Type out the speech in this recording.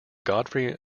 godfrey